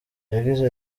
yagize